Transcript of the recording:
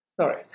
Sorry